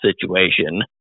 situation